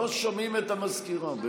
לא שומעים את המזכירה.